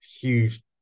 huge